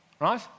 Right